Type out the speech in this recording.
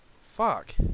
Fuck